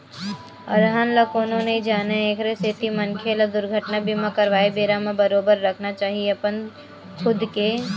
अलहन ल कोनो नइ जानय एखरे सेती मनखे ल दुरघटना बीमा करवाके बेरा म बरोबर रखना चाही अपन खुद के